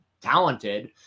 talented